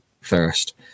first